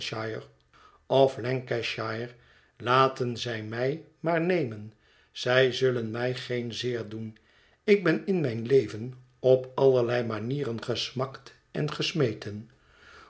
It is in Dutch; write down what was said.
lancashire laten zij mij maar nemen zij zullen mij geen zeer doen ik ben in mijn leven op allerlei manieren gesmakt en gesmeten